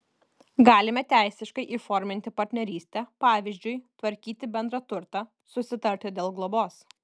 galime teisiškai įforminti partnerystę pavyzdžiui tvarkyti bendrą turtą susitarti dėl globos